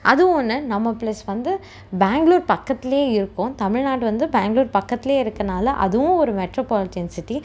அதுவும் ஒன்று நம்ம ப்ளஸ் வந்து பெங்ளூர் பக்கத்துல இருக்கோம் தமிழ்நாடு வந்து பெங்ளூர் பக்கத்துல இருக்கனால அதுவும் ஒரு மெட்ரோபொலிட்டியன் சிட்டி